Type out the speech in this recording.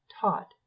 taught